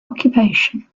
occupation